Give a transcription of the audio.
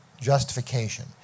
justification